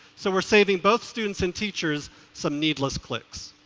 so we're saving both students and teachers some needless clicks.